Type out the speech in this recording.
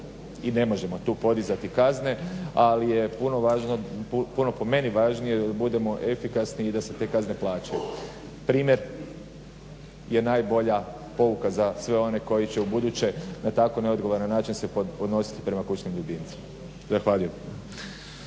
i ne možemo tu podizati kazne, ali je puno važnije, puno po meni važnije da budemo efikasni i da se te kazne plaćaju. Primjer je najbolja pouka za sve one koji će ubuduće na tako neodgovoran način se ponositi prema kućnim ljubimcima. Zahvaljujem.